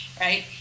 Right